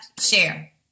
share